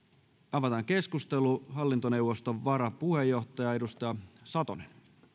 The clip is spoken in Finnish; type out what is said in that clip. avataan keskustelu hallintoneuvoston varapuheenjohtaja edustaja satonen